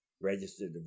registered